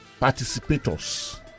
Participators